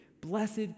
Blessed